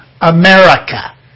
America